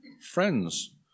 Friends